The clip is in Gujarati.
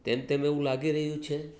તેમ તેમ એવું લાગી રહ્યું છે